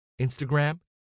Instagram